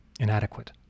inadequate